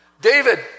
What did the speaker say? David